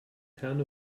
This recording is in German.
herne